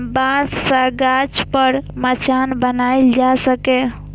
बांस सं गाछ पर मचान बनाएल जा सकैए